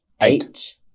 eight